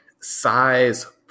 size